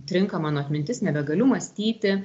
trinka mano atmintis nebegaliu mąstyti